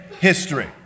history